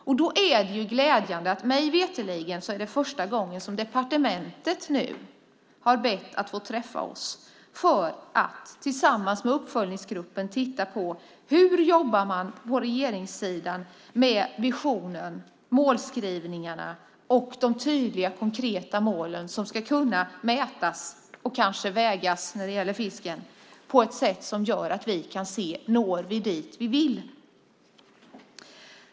Då är det glädjande att departementet nu - mig veterligen är det första gången - har bett om att få träffa oss för att tillsammans med uppföljningsgruppen titta på hur man på regeringssidan jobbar med visionen, målskrivningarna och de tydliga konkreta mål som ska kunna mätas och kanske, när det gäller fisken, vägas, för att vi ska kunna se om vi når dit vi vill.